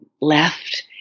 left